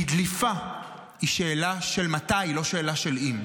כי דליפה היא שאלה של מתי, היא לא שאלה של אם.